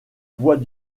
bois